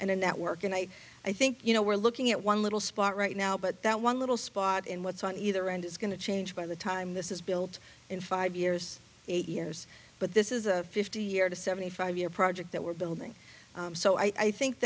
a network and i i think you know we're looking at one little spot right now but that one little spot in what's on either end is going to change by the time this is built in five years eight years but this is a fifty year to seventy five year project that we're building so i think